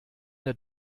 der